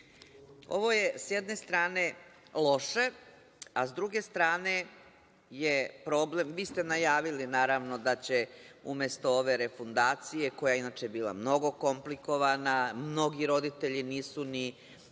je s jedne strane loše, a s druge strane je problem. Vi ste najavili, naravno, da će umesto ove refundacije, koja je inače bila mnogo komplikovana, mnogi roditelji nisu ni